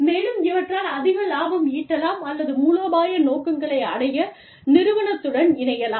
மேலும் இவற்றால் அதிக லாபம் ஈட்டலாம் அல்லது மூலோபாய நோக்கங்களை அடைய நிறுவனத்துடன் இணையலாம்